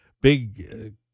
big